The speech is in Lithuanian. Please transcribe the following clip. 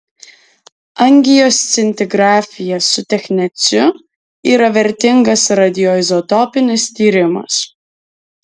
angioscintigrafija su techneciu yra vertingas radioizotopinis tyrimas